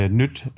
nyt